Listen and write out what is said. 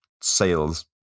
sales